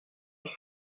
als